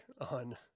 on